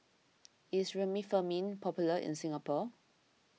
is Remifemin popular in Singapore